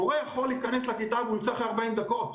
מורה יכול להיכנס לכיתה ולצאת אחרי 40 דקות.